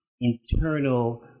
internal